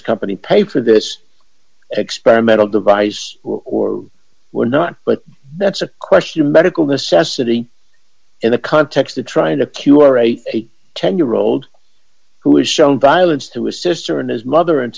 company pay for this experimental device or we're not but that's a question medical necessity in the context the trying to cure a ten year old who is shown violence to a sister and his mother and